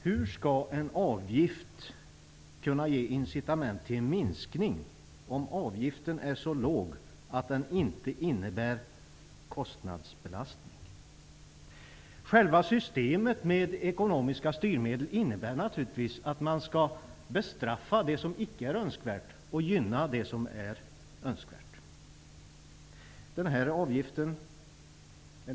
Hur skall en avgift kunna ge incitament till en minskning om avgiften är så låg att den inte innebär kostnadsbelastning? Själva systemet med ekonomiska styrmedel innebär naturligtvis att vi skall bestraffa det som icke är önskvärt och gynna det som är önskvärt.